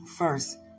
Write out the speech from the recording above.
First